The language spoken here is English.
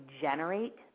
generate